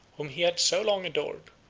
whom he had so long adored,